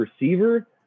receiver